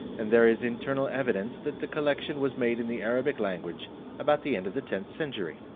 and there is internal evidence that the collection was made in the arabic language about the end of the tenth century.